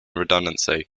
redundancy